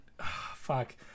fuck